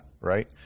right